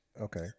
okay